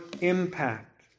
impact